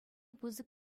пысӑк